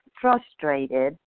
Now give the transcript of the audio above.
frustrated